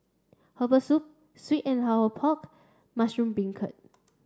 herbal soup sweet and hour pork mushroom Beancurd